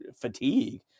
fatigue